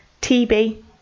TB